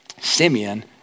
Simeon